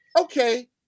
okay